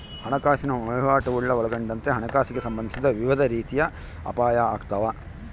ಹಣಕಾಸಿನ ವಹಿವಾಟುಗುಳ್ನ ಒಳಗೊಂಡಂತೆ ಹಣಕಾಸಿಗೆ ಸಂಬಂಧಿಸಿದ ವಿವಿಧ ರೀತಿಯ ಅಪಾಯ ಆಗ್ತಾವ